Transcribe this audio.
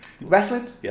Wrestling